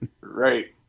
Right